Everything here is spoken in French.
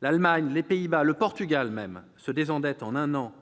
L'Allemagne, les Pays-Bas et même le Portugal se désendettent autant en un an